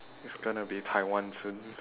it's gonna be taiwan soon